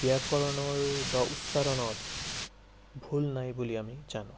ব্যাকৰণৰ বা উচ্চাৰণৰ ভুল নাই বুলি আমি জানো